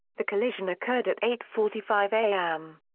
the collision occurred at eight forty five am.